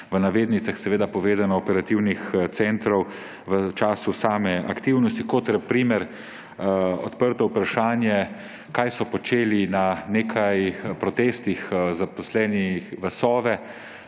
v navednicah povedano, operativnih centrov v času same aktivnosti, kot je na primer odprto vprašanje, kaj so počeli na nekaj protestih zaposleni v Sovi